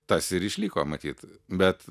tas ir išliko matyt bet